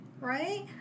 right